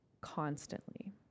constantly